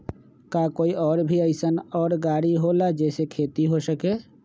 का कोई और भी अइसन और गाड़ी होला जे से खेती हो सके?